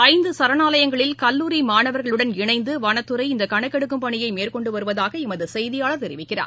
ஐந்துசரணாலயங்களில் கல்லூரி மாணவர்களுடன் இணைந்துவனத்துறை இந்தகணக்கெடுக்கும் பணியைமேற்கொண்டுவருவதாகளமதுசெய்தியாளர் தெரிவிக்கிறார்